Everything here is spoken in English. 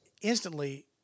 instantly